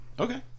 okay